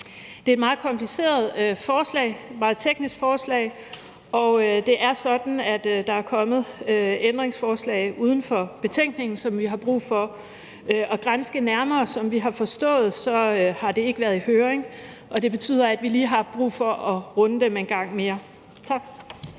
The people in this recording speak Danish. Det er et meget kompliceret forslag, et meget teknisk forslag, og det er sådan, at der er kommet ændringsforslag uden for betænkningen, som vi har brug for at granske nærmere, og som vi har forstået det, har det ikke været i høring, og det betyder, at vi lige har brug for at runde dem en gang mere. Tak.